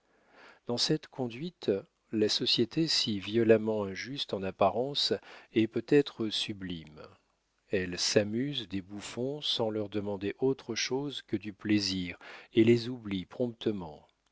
dans cette conduite la société si violemment injuste en apparence est peut-être sublime elle s'amuse des bouffons sans leur demander autre chose que du plaisir et les oublie promptement